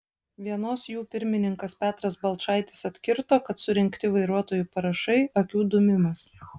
vienos jų pirmininkas petras balčaitis atkirto kad surinkti vairuotojų parašai akių dūmimas